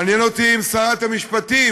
מעניין אותי אם שרת המשפטים,